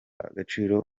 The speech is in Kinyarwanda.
agaciro